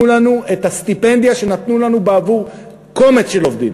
לנו את הסטיפנדיה שנתנו לנו בעבור קומץ של עובדים.